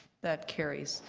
that carries.